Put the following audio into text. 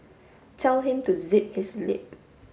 tell him to zip his lip